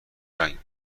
کمرنگ